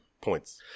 points